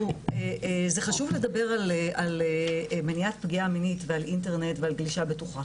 זה חשוב לדבר על מניעת פגיעה מינית ועל אינטרנט ועל גלישה בטוחה,